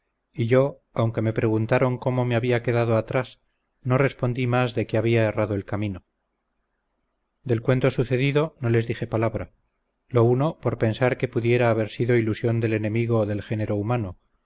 y comer yo aunque me preguntaron cómo me había quedado atrás no respondí más de que había errado el camino del cuento sucedido no les dije palabra lo uno por pensar que pudiera haber sido ilusión del enemigo del género humano